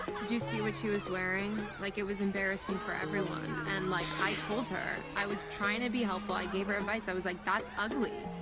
did you see what she was wearing? like it was embarrassing for everyone, and, like, i told her. i was trying to be helpful. i gave her advice. i was like, that's ugly.